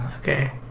Okay